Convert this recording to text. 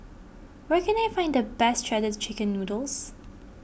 where can I find the best Shredded Chicken Noodles